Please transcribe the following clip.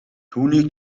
түүнийг